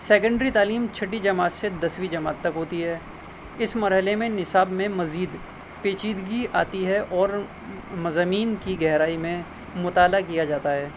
secondary تعلیم چھٹی جماعت سے دسویں جماعت تک ہوتی ہے اس مرحلے میں نصاب میں مزید پیچیدگی آتی ہے اور مضامین کی گہرائی میں مطالعہ کیا جاتا ہے